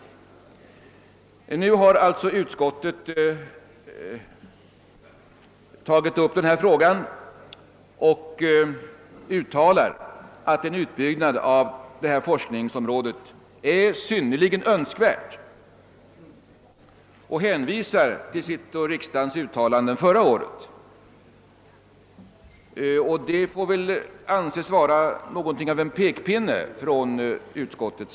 Utskottet har alltså nu tagit upp denna fråga och uttalar att en utbyggnad av ifrågavarande forskningsområde är synnerligen önskvärd. Utskottet hänvisar därvid till sitt och riksdagens uttalande från föregående år. Det får väl anses vara något av en pekpinne från utskottet.